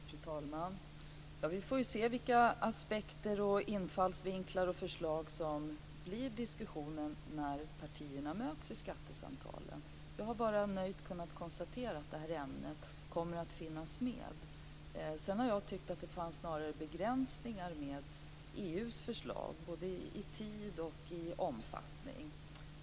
Fru talman! Vi får se vilka aspekter, infallsvinkar och förslag som kommer med i diskussionen när partierna möts i skattesamtalen. Jag har bara nöjt kunnat konstatera att den här frågan kommer att finnas med. Sedan tycker jag att det snarare är begränsningar med EU:s förslag, både i tid och i omfattning.